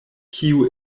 kiu